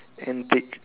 antic